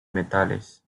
metales